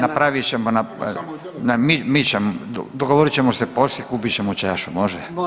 Napravit ćemo, mi, mi ćemo, dogovorit ćemo se poslije, kupit ćemo čašu, može?